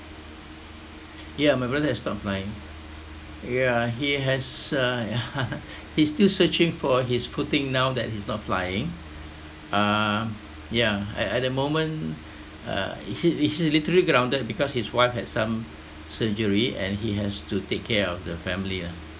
ya my brother has stopped flying yeah he has uh yeah he's still searching for his footing now that he is not flying um yeah at at the moment uh he's he's literally grounded because his wife had some surgery and he has to take care of the family ah